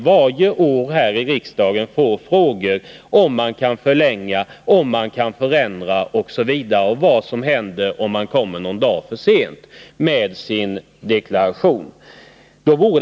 Varje år får vi här i riksdagen frågor som gäller om man kan förlänga fristen, om man kan förändra rutiner och blanketter, vad som händer om en person kommer någon dag för sent med sin deklaration, osv.